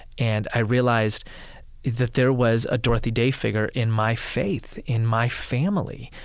and i realized that there was a dorothy day figure in my faith, in my family.